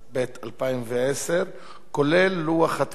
כולל לוח התיקונים לסעיף 5,